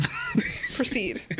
Proceed